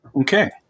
Okay